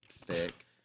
thick